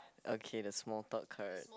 okay the small thought current